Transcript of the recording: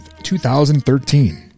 2013